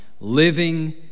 living